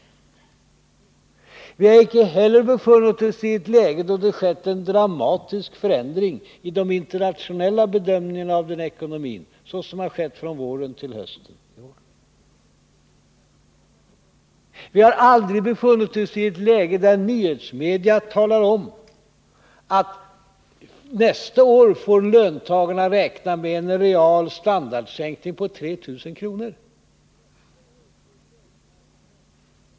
Vi har icke heller befunnit oss i ett läge då det skett en så dramatisk förändring i de internationella bedömningarna av ekonomin som den som nu skett från våren till hösten. Vi har aldrig befunnit oss i ett läge där nyhetsmedia kan tala om att löntagarna nästa år får räkna med en real standardsänkning på 3 000 kr.